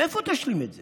איפה תשלים את זה,